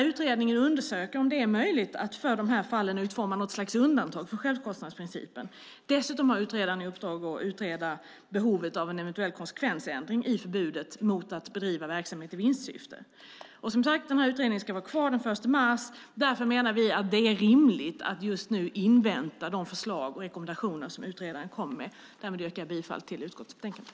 Utredningen undersöker om det för dessa fall är möjligt att utforma något slags undantag från självkostnadsprincipen. Dessutom har utredaren i uppdrag att utreda behovet av en eventuell konsekvensändring i förbudet mot att bedriva verksamhet i vinstsyfte. Utredningen ska som sagt vara klar den 1 mars. Därför menar vi att det är rimligt att invänta de förslag och rekommendationer som utredaren kommer med. Jag yrkar bifall till utskottets förslag.